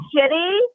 shitty